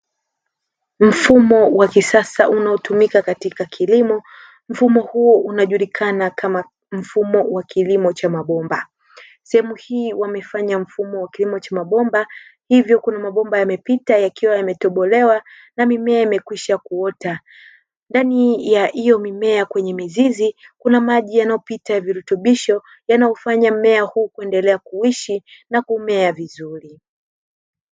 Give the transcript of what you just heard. Mfumo wa kisasa unaotumika katika kilimo, mfumo huu unajulikana kama mfumo wa kilimo cha mabomba. Sehemu hii wamefanya mfumo wa kilimo cha mabomba, hivyo kuna mabomba yamepita yakiwa yametobolewa na mimea imekwisha kuota. Ndani ya hiyo mimea kwenye mizizi kuna maji yanayopita ya virutubisho yanayofanya mmea huu kuendelea kuishi na kumea vizuri.